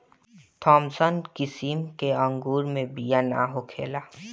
Thompson किसिम के अंगूर मे बिया ना होखेला